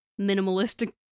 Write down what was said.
minimalistic